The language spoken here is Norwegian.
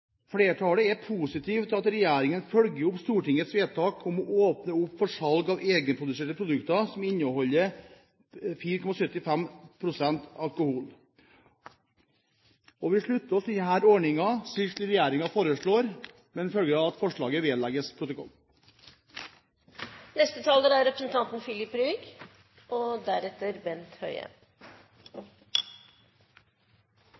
Flertallet er positive til at regjeringen følger opp stortingets vedtak om å åpne opp for salg av egenproduserte produkter som inneholder 4,75 pst. alkohol. Vi slutter oss til denne ordningen, slik regjeringen foreslår, med den følge at forslaget vedlegges protokollen. Hva gjør du hvis folk er